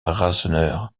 rasseneur